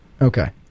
Okay